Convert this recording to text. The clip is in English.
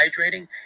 hydrating